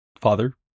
Father